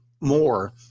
more